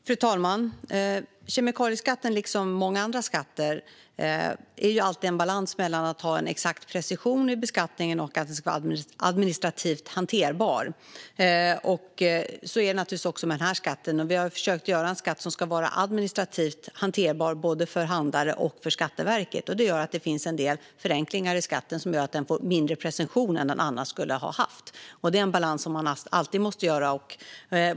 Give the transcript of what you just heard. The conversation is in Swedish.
Herr talman! Kemikalieskatten, liksom många andra skatter, är alltid en balans mellan att ha en exakt precision i beskattningen och att den ska vara administrativt hanterbar. Så är det naturligtvis också med den här skatten. Vi har försökt skapa en skatt som är administrativt hanterbar för både handlare och Skatteverket. Det innebär att det finns en del förenklingar i skatten som gör att den får mindre precision än den annars skulle ha haft. Det är en balans man alltid måste ha.